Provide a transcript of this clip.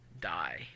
die